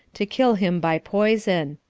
to kill him by poison.